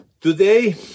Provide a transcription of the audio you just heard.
Today